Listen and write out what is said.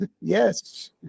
Yes